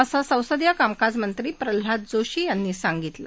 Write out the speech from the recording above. असं संसदीय कामकाज मंत्री प्रल्हाद जोशी यांनी सांगितलं